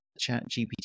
ChatGPT